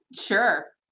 sure